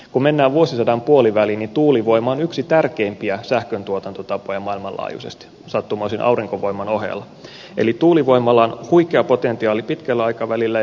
kun mennään vuosisadan puoliväliin niin tuulivoima on yksi tärkeimpiä sähköntuotantotapoja maailmanlaajuisesti sattumoisin aurinkovoiman ohella eli tuulivoimalla on huikea potentiaali pitkällä aikavälillä